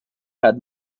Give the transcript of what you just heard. had